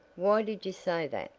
why did you say that?